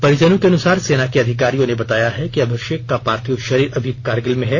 परिजनों के अनुसार सेना के अधिकारियों ने बताया है कि अभिषेक का पार्थिव शरीर अभी करगिल में है